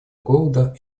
голода